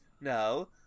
no